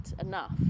enough